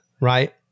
right